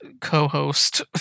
co-host